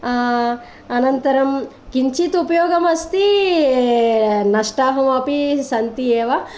अनन्तरं किञ्चित् उपयोगम् अस्ति नष्टाहम् अपि सन्ति एव